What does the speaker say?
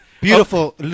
Beautiful